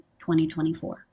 2024